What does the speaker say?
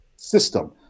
system